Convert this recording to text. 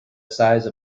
size